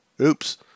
Oops